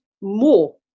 more